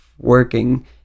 Working